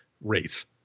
race